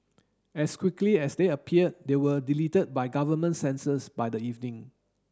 as quickly as they appeared they were deleted by government censors by the evening